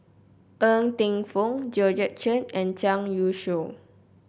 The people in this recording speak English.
Ng Teng Fong Georgette Chen and Zhang Youshuo